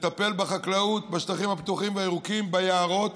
לטפל בחקלאות, בשטחים הפתוחים והירוקים, ביערות,